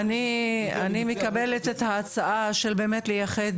אני מקבלת את ההצעה, של באמת לייחד